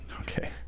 Okay